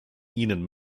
ihnen